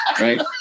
Right